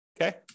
okay